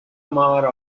mar